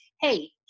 hey